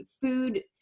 food